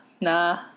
nah